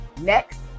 next